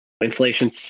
Inflation